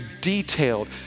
detailed